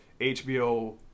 HBO